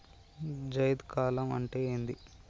జైద్ కాలం అంటే ఏంది?